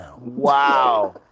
Wow